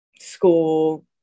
school